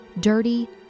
dirty